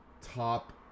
top